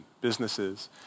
businesses